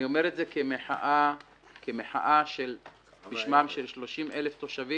אני אומר את זה כמחאה בשמם של 30,000 תושבים.